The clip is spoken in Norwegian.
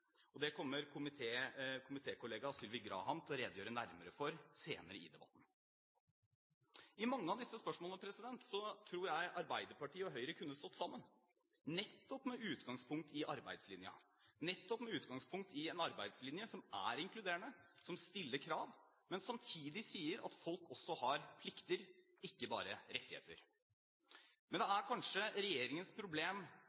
Det kommer komitékollega Sylvi Graham til å redegjøre nærmere for senere i debatten. I mange av disse spørsmålene tror jeg Arbeiderpartiet og Høyre kunne stått sammen, nettopp med utgangspunkt i arbeidslinjen, nettopp med utgangspunkt i en arbeidslinje som er inkluderende, som stiller krav, men som samtidig sier at folk også har plikter, ikke bare rettigheter. Men det